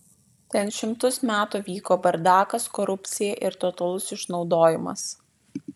ten šimtus metų vyko bardakas korupcija ir totalus išnaudojimas